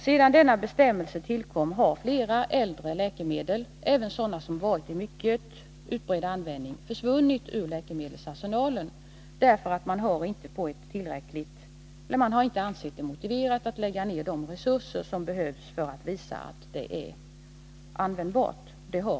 Sedan denna bestämmelse tillkom har flera äldre läkemedel, även sådana som varit i mycket utbredd användning, försvunnit ur läkemedelsarsenalen därför att man inte ansett det motiverat att lägga ned de resurser som behövs för att visa att resp. medel är användbart.